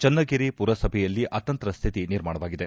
ಚನ್ನಗಿರಿ ಪುರಸಭೆಯಲ್ಲಿ ಅತಂತ್ರ ಸ್ವಿತಿ ನಿರ್ಮಾಣವಾಗಿದೆ